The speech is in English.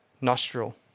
nostril